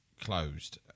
closed